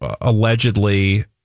allegedly